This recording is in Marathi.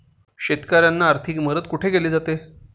शेतकऱ्यांना आर्थिक मदत कुठे केली जाते?